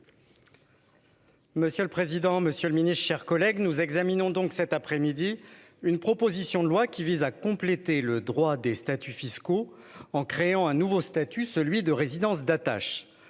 Monsieur le président, monsieur le ministre, mes chers collègues, nous examinons cet après-midi une proposition de loi qui vise à compléter le droit des statuts fiscaux en créant un nouveau statut, celui de résidence d'attache.